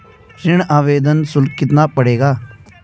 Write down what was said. ऋण आवेदन शुल्क कितना पड़ेगा?